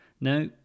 Now